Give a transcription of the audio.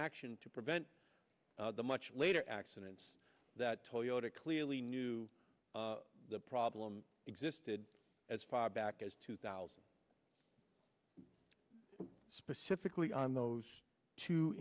action to prevent the much later accidents that toyota clearly knew the problem existed as far back as two thousand specifically on those two